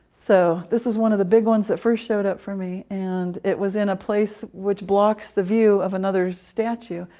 so this is one of the big ones that first showed up for me, and it was in a place that blocks the view of another statue,